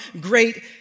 great